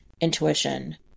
intuition